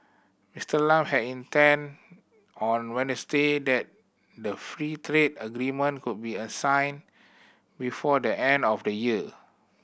Mister Lam had hinted on Wednesday that the free trade agreement could be assigned before the end of the year